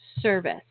service